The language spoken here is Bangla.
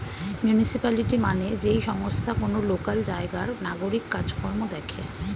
মিউনিসিপালিটি মানে যেই সংস্থা কোন লোকাল জায়গার নাগরিক কাজ কর্ম দেখে